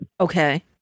Okay